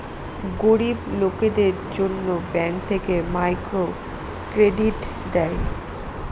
গরিব লোকদের জন্য ব্যাঙ্ক থেকে মাইক্রো ক্রেডিট দেয়